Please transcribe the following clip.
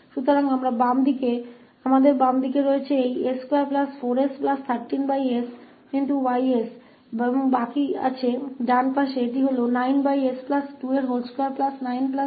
तो हमारे पास बाईं ओर यह s24s13sY है और शेष हमारे पास दायीं ओर है यह 9s2293 है